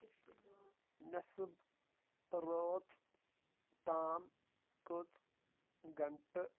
نیسب رٲژ تام کٕژھ گنٹہٕ چھِ